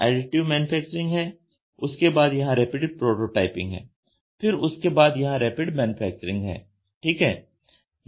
यहां additive manufacturing है उसके बाद यहां रैपिड प्रोटोटाइपिंग है फिर उसके बाद यहां रैपिड मैन्युफैक्चरिंग है ठीक है